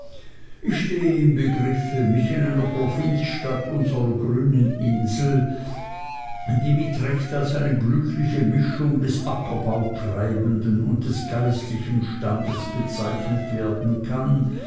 ich stehe im begriffe mich in einer provinzstadt unserer grünen insel die mit recht als eine glückliche mischung des ackerbautreibenden und des geistlichen standes bezeichnet werden kann